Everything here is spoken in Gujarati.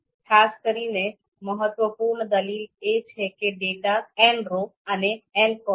ખાસ કરીને મહત્વપૂર્ણ દલીલો એ છે 'data' 'nrow' અને "ncol'